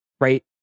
right